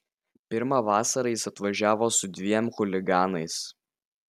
pirmą vasarą jis atvažiavo su dviem chuliganais